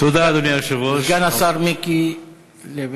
סגן השר מיקי לוי.